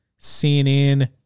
CNN